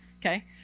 Okay